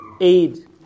aid